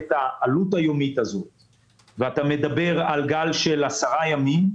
לוקחים את העלות היומית הזאת ומדברים על גל של 10 ימים,